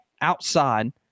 outside